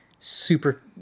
super